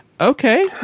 Okay